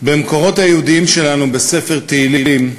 במקורות היהודיים שלנו, בספר תהילים,